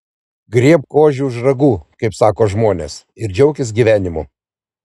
griebk ožį už ragų kaip sako žmonės ir džiaukis gyvenimu